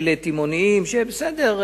חברי הכנסת האלה כעל כאלה תימהונים, שבסדר,